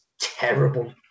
terrible